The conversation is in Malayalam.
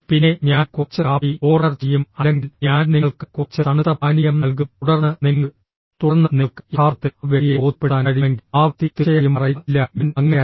പിന്നെ ഞാൻ കുറച്ച് കാപ്പി ഓർഡർ ചെയ്യും അല്ലെങ്കിൽ ഞാൻ നിങ്ങൾക്ക് കുറച്ച് തണുത്ത പാനീയം നൽകും തുടർന്ന് നിങ്ങൾ തുടർന്ന് നിങ്ങൾക്ക് യഥാർത്ഥത്തിൽ ആ വ്യക്തിയെ ബോധ്യപ്പെടുത്താൻ കഴിയുമെങ്കിൽ ആ വ്യക്തി തീർച്ചയായും പറയുംഃ ഇല്ല ഞാൻ അങ്ങനെയല്ല